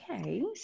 Okay